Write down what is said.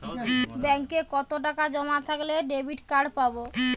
ব্যাঙ্কে কতটাকা জমা থাকলে ডেবিটকার্ড পাব?